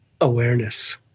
awareness